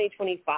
2025